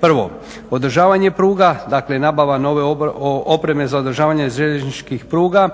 Prvo održavanje pruga, dakle nabava nove opreme za održavanje željezničkih pruga